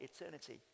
eternity